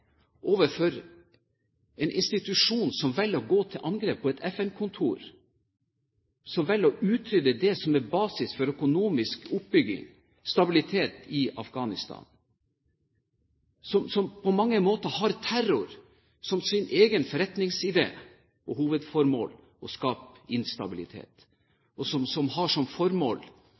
en institusjon som velger å gå til angrep på et FN-kontor, som velger å utrydde det som er basis for økonomisk oppbygging og stabilitet i Afghanistan, som på mange måter har terror som sin egen forretningsidé, som har som hovedformål å skape instabilitet, og som har som formål